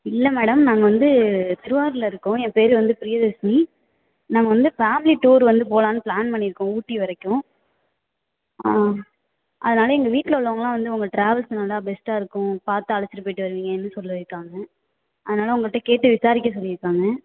இல்லை மேடம் நாங்கள் வந்து திருவாரூர்ல இருக்கோம் என் பேர் வந்து பிரியதர்ஷினி நாங்கள் வந்து ஃபேமிலி டூர் வந்து போலான்னு ப்ளான் பண்ணியிருக்கோம் ஊட்டி வரைக்கும் ஆ அதனாலே எங்கள் வீட்டில் உள்ளவங்கல்லாம் வந்து உங்கள் ட்ராவல்ஸ் நல்லா பெஸ்ட்டாக இருக்கும் பார்த்து அழைச்சுட்டு போய்விட்டு வருவீங்கன்னு சொல்லியிருக்காங்க அதனாலே உங்கள்கிட்ட கேட்டு விசாரிக்க சொல்லியிருக்காங்க